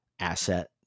asset